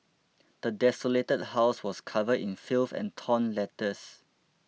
the desolated house was covered in filth and torn letters